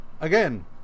again